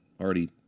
already